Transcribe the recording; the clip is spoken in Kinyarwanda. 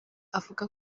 avuga